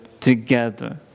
together